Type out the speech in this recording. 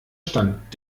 stand